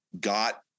got